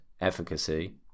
efficacy